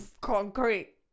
Concrete